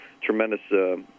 tremendous